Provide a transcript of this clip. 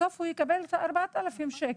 בסוף הוא יקבל 4000 שקל.